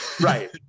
Right